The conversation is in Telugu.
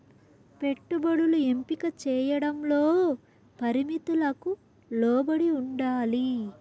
పెట్టుబడులు ఎంపిక చేయడంలో పరిమితులకు లోబడి ఉండాలి